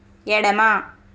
ఎడమ